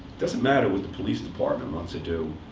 doesn't matter what the police department wants to do.